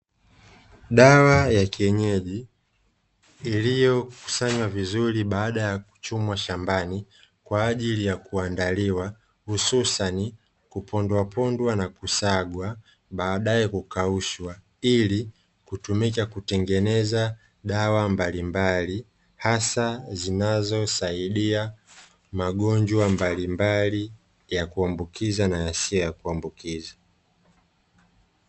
Dawa ya kienyeji iliyokusanywa vizuri baada ya kuchumwa shambani, kwa ajili ya kuandaliwa hususani kupondwapondwa na kusagwa, baadae kukaushwa ili kutumika kutengeneza dawa mbalimbali, hasa zinazosaidia magonjwa mbalimbali ya kuambukiza na yasiyo ya kuambukiza.